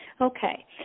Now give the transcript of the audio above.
Okay